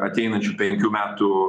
ateinančių penkių metų